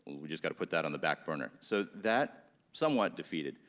we just gotta put that on the back burner, so that, somewhat defeated.